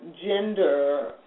gender